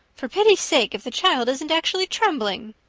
for pity's sake, if the child isn't actually trembling!